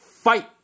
fight